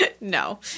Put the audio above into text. no